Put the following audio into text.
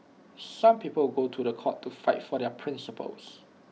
some people go to The Court to fight for their principles